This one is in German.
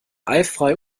eifrei